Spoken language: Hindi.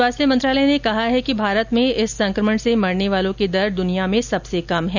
स्वास्थ्य मंत्रालय ने कहा है कि भारत में इस संकमण से मरने वालों की दर दुनिया में सबसे कम है